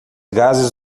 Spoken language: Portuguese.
gases